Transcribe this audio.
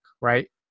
right